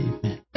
Amen